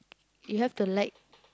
you have to like